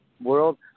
world